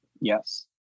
Yes